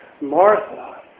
Martha